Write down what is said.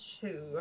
two